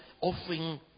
offering